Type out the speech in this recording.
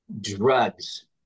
drugs